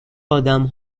آدم